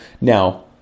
Now